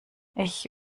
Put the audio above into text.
ich